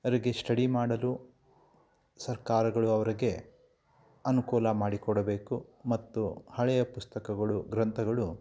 ಅವರಿಗೆ ಸ್ಟಡಿ ಮಾಡಲು ಸರ್ಕಾರಗಳು ಅವ್ರಿಗೆ ಅನುಕೂಲ ಮಾಡಿ ಕೊಡಬೇಕು ಮತ್ತು ಹಳೆಯ ಪುಸ್ತಕಗಳು ಗ್ರಂಥಗಳು